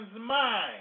mind